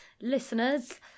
listeners